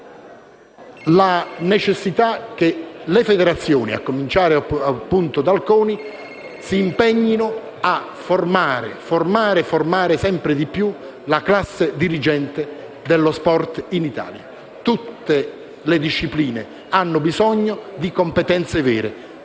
la necessità che le federazioni, a cominciare dal CONI, si impegnino a formare sempre di più la classe dirigente dello sport in Italia. Tutte le discipline hanno bisogno di competenze vere,